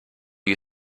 you